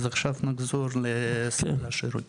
אז עכשיו נחזור לשירותים,